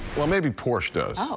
well, maybe porsche does.